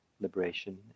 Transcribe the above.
liberation